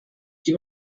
die